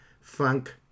funk